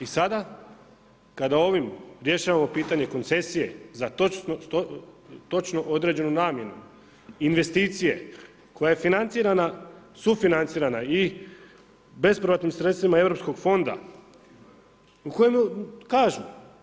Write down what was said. I sada kada ovim rješavamo pitanje koncesije za točno određenu namjenu, investicije, koja je financirana, sufinancirana i bespovratnim sredstvima europskog fonda, koji kažu.